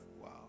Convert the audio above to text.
Wow